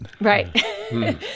Right